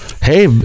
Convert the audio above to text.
Hey